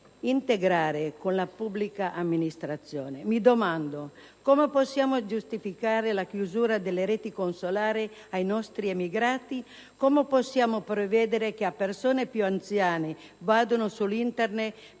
interagire con la pubblica amministrazione. Mi domando: come possiamo giustificare la chiusura delle reti consolari ai nostri emigrati? Come possiamo pretendere che le persone più anziane vadano su Internet